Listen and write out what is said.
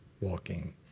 walking